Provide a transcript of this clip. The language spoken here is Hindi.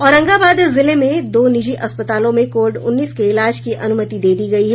औरंगाबाद जिले में दो निजी अस्पतालों में कोविड उन्नीस के इलाज की अनुमति दे दी गयी है